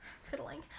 fiddling